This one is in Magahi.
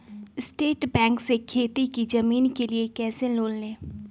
स्टेट बैंक से खेती की जमीन के लिए कैसे लोन ले?